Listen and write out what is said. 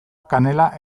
kanela